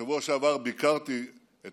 בשבוע שעבר ביקרתי את